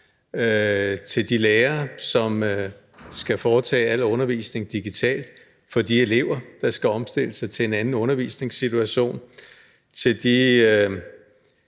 til de lærere, som skal foretage al undervisning digitalt, til de elever, som skal omstille sig til en anden undervisningssituation, til de